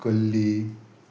कल्ली